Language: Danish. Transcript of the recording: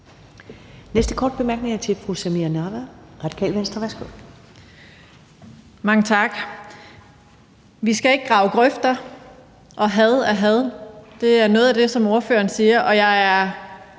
næste korte bemærkning er til fru Samira Nawa, Radikale Venstre. Værsgo. Kl. 20:35 Samira Nawa (RV): Mange tak. Vi skal ikke grave grøfter, og had er had. Det er noget af det, som ordføreren siger, og jeg er